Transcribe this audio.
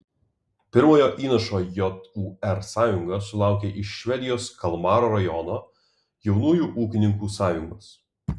pirmojo įnašo jūr sąjunga sulaukė iš švedijos kalmaro rajono jaunųjų ūkininkų sąjungos